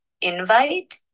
invite